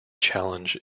challenge